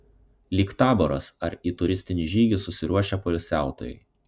lyg taboras ar į turistinį žygį susiruošę poilsiautojai